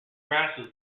grasses